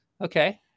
okay